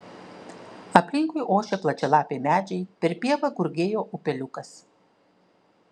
aplinkui ošė plačialapiai medžiai per pievą gurgėjo upeliukas